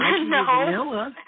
No